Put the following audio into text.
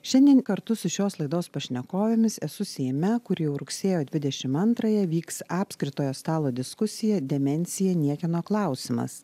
šiandien kartu su šios laidos pašnekovėmis esu seime kur jau rugsėjo dvidešim antrąją vyks apskritojo stalo diskusija demencija niekieno klausimas